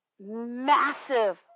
massive